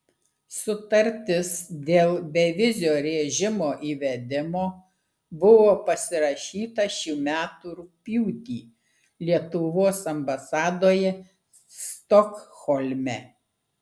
sutartis dėl bevizio režimo įvedimo buvo pasirašyta šių metų rugpjūtį lietuvos ambasadoje stokholme